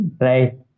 Right